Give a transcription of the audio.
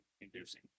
inducing